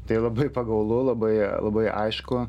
tai labai pagaulu labai labai aišku